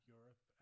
Europe